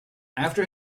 after